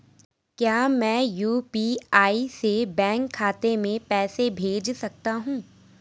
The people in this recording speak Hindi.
क्या मैं यु.पी.आई से बैंक खाते में पैसे भेज सकता हूँ?